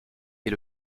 est